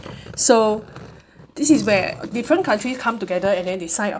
so this is where different countries come together and then they sign a